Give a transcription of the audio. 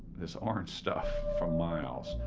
this orange stuff, for miles.